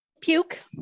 puke